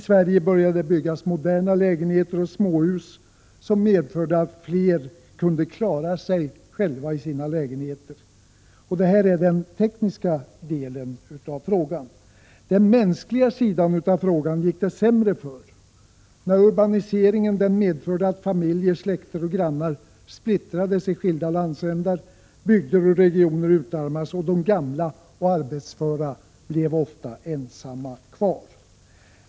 I Sverige började det byggas moderna lägenheter och småhus, vilket medförde att fler kunde klara sig själva i sina lägenheter. Detta är den tekniska delen av frågan. Beträffande den mänskliga sidan av frågan gick det sämre. Urbaniseringen medförde att familjer, släkter och grannar splittrades i skilda landsändar. Bygder och regioner utarmades, och de gamla och arbetslösa blev ofta ensamma kvar.